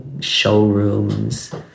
showrooms